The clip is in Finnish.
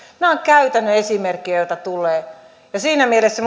nämä ovat käytännön esimerkkejä joita tulee siinä mielessä